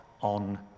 on